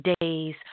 days